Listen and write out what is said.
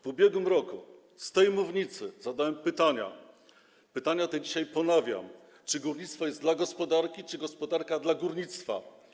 W ubiegłym roku z tej mównicy zadałem pytania, które dzisiaj ponawiam: Czy górnictwo jest dla gospodarki, czy gospodarka dla górnictwa?